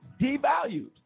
devalued